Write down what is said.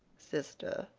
sister,